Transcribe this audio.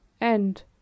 End